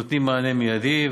הם נותנים מענה מיידי,